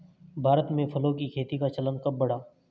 भारत में फलों की खेती का चलन कब बढ़ा?